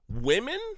Women